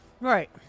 Right